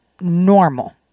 Normal